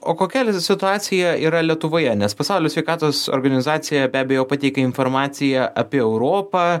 o kokia situacija yra lietuvoje nes pasaulio sveikatos organizacija be abejo pateikė informaciją apie europą